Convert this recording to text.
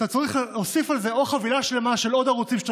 אתה צריך להוסיף על זה או חבילה שלמה של עוד ערוצים שאתה